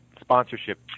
sponsorship